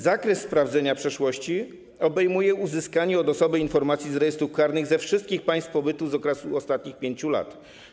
Zakres sprawdzenia przeszłości obejmuje uzyskanie od osoby informacji z rejestrów karnych ze wszystkich państw pobytu z okresu ostatnich 5 lat.